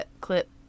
clip